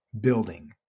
building